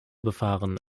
befahren